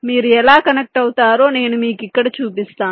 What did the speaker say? మీరు ఎలా కనెక్ట్ అవుతారో నేను మీకు ఇక్కడ చూపిస్తాను